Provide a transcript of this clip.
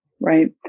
right